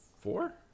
four